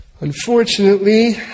Unfortunately